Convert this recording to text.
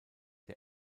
der